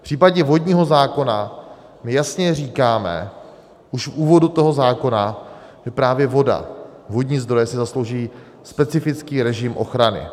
V případě vodního zákona my jasně říkáme už v úvodu toho zákona, že právě voda, vodní zdroje si zaslouží specifický režim ochrany.